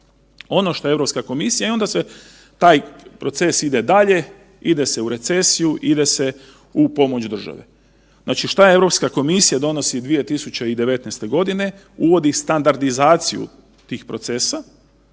Ono što EU komisija i onda se taj proces ide dalje, ide se u recesiju, ide se u pomoć državi. Znači što EU komisija donosi 2019. g.? Uvodi standardizaciju tih procesa,